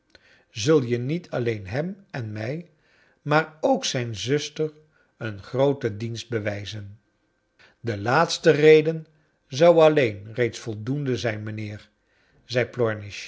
zul je niet alleen hem en mij maar ook zijn zuster een grooten dienst bewiizen de laatste leden zou alleen reeds voldoendc zijn mijnhecr zei